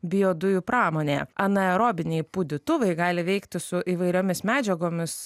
biodujų pramonėje anaerobiniai pūdytuvai gali veikti su įvairiomis medžiagomis